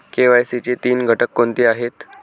KYC चे तीन घटक कोणते आहेत?